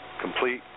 Complete